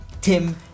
Tim